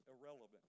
irrelevant